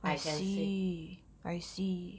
I can say